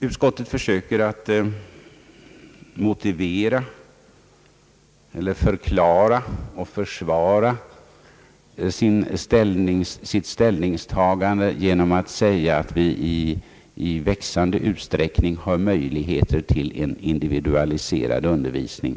Utskottet försöker motivera — eller förklara och försvara — sitt ställningstagande genom att säga att vi i växande utsträckning har möjligheter till en individualiserad undervisning.